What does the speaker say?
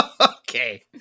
Okay